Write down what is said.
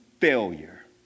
failure